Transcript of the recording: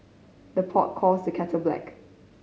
the pot calls the kettle black